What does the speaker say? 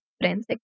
friends